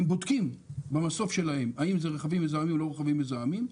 הם בודקים במסוף שלהם אם זה רכבים מזהמים או לא רכבים מזהמים.